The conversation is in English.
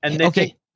Okay